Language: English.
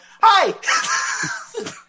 Hi